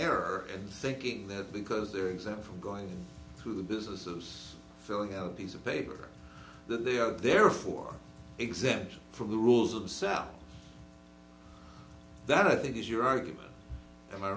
error and thinking that because they're exempt from going through the business of filling out a piece of paper that they are there for exemption from the rules of the cell that i think is your argument and